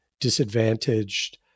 disadvantaged